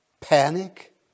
Panic